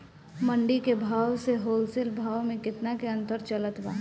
मंडी के भाव से होलसेल भाव मे केतना के अंतर चलत बा?